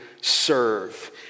serve